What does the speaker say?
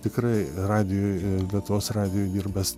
tikrai radijo ir lietuvos radijuj dirbęs